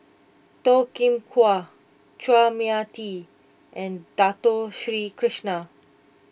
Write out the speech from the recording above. Toh Kim Hwa Chua Mia Tee and Dato Sri Krishna